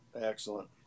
Excellent